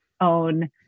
own